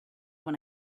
when